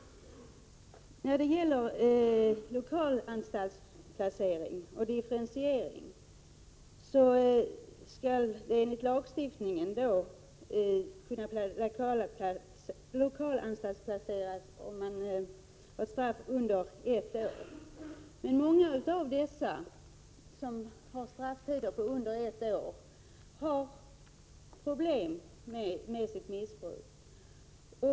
Jag tycker alltså inte att det är något konstigt med den logiken — problemen är olika. Enligt lagstiftningen skall den kunna lokalanstaltsplaceras som har en strafftid som understiger ett år. Men många av dem som har strafftider på under ett år har problem med missbruk.